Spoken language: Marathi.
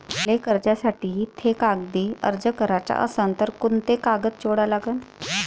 मले कर्जासाठी थे कागदी अर्ज कराचा असन तर कुंते कागद जोडा लागन?